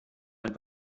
ein